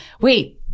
wait